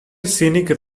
scenic